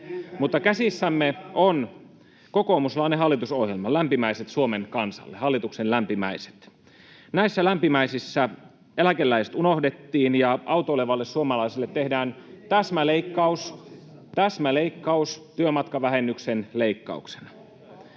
Käsissämme on kokoomuslainen hallitusohjelma, lämpimäiset Suomen kansalle, hallituksen lämpimäiset. Näissä lämpimäisissä eläkeläiset unohdettiin ja autoilevalle suomalaiselle tehdään täsmäleikkaus työmatkavähennyksen leikkauksena.